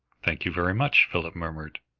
thank you very much, philip murmured,